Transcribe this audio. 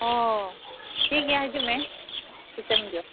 ᱚᱻ ᱴᱷᱤᱠ ᱜᱮᱭᱟ ᱦᱤᱡᱩᱜ ᱢᱮ ᱛᱤᱥᱮᱢ ᱦᱤᱡᱩᱜᱼᱟ